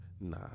Nah